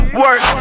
work